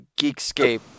Geekscape